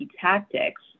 tactics